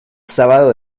sábado